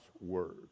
word